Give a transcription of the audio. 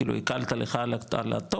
כאילו הקלת לך על התור,